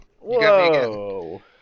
Whoa